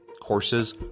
Courses